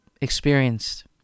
experienced